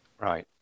Right